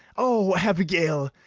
o abigail,